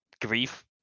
grief